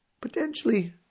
potentially